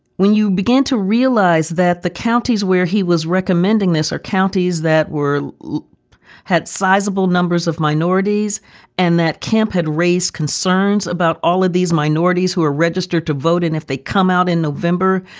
when you begin to realize that the counties where he was recommending this are counties that were had sizable numbers of minorities and that camp had raised concerns about all of these minorities who are registered to vote, and if they come out in november,